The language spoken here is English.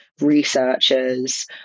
researchers